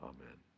Amen